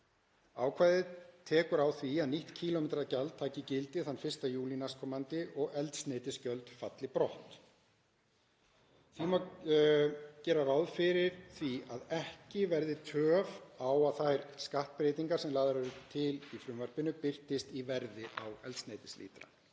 Ákvæðið tekur á því að nýtt kílómetragjald taki gildi þann 1. júlí næstkomandi og eldsneytisgjöld falli brott. Því má gera ráð fyrir því að ekki verði töf á að þær skattbreytingar sem lagðar eru til í frumvarpinu birtist í verði eldsneytislítra.